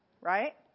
right